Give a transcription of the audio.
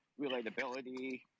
relatability